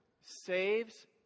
saves